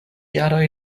jaroj